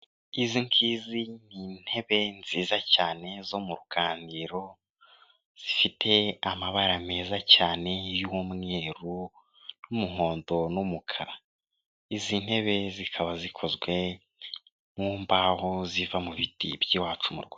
Izi ngizi ni intebe nziza cyane zo mu ruganiro, zifite amabara meza cyane y'umweru, n'umuhondo, n'umukara izi ntebe zikaba zikozwe mu mbaho ziva mu biti by'iwacu mu Rwanda.